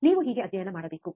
ನೀವು ಹೀಗೆ ಅಧ್ಯಯನ ಮಾಡಬೇಕು